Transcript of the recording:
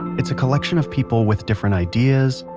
it's a collection of people with different ideas,